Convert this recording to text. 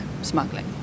Smuggling